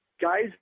guys